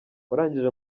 warangije